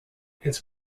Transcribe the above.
its